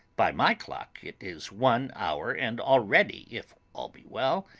by my clock it is one hour and already, if all be well,